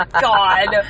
God